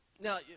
Now